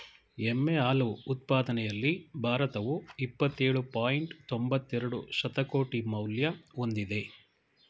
ಎಮ್ಮೆ ಹಾಲು ಉತ್ಪಾದನೆಯಲ್ಲಿ ಭಾರತವು ಇಪ್ಪತ್ತೇಳು ಪಾಯಿಂಟ್ ತೊಂಬತ್ತೆರೆಡು ಶತಕೋಟಿ ಮೌಲ್ಯ ಹೊಂದಿದೆ